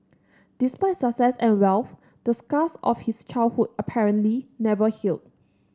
despite success and wealth the scars of his childhood apparently never healed